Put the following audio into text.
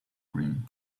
cream